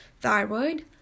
thyroid